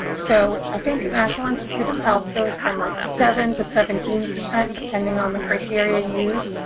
um so i think the national institute of health goes from, like, seven to seventeen percent depending on the criteria used.